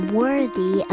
worthy